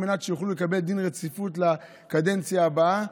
על מנת שיוכלו לקבל דין רציפות לקדנציה הבאה,